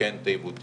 לתקן את העיוותים.